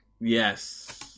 Yes